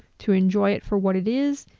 to enjoy it for what it is,